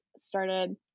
started